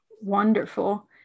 wonderful